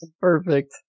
perfect